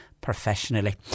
professionally